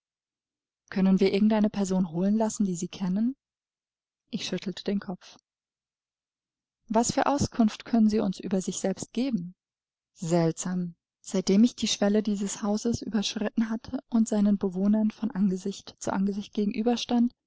können wir irgend eine person holen lassen die sie kennen ich schüttelte den kopf was für auskunft können sie uns über sich selbst geben seltsam seitdem ich die schwelle dieses hauses überschritten hatte und seinen bewohnern von angesicht zu angesicht